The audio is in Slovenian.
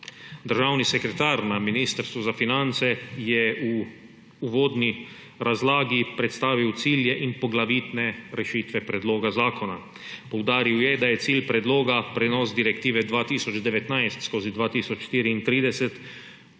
Državni sekretar na Ministrstvu za finance je v uvodni razlagi predstavil cilje in poglavitne rešitve predloga zakona. Poudaril je, da je cilj predloga prenos Direktive 2019/2034